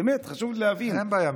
באמת חשוב לי להבין.